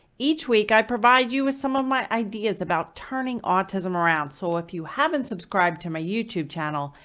each week i provide you with some of my ideas about turning autism around so if you haven't subscribed to my youtube channel,